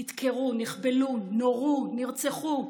נדקרו, נחבלו, נורו, נרצחו.